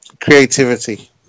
creativity